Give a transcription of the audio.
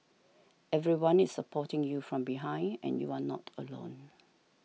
everyone is supporting you from behind and you are not alone